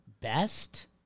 best